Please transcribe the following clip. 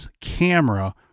camera